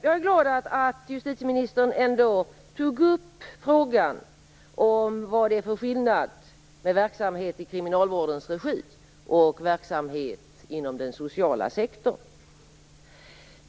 Jag är glad att justitieministern ändå tog upp frågan om skillnaden mellan verksamhet i kriminalvårdens regi och verksamhet inom den sociala sektorn.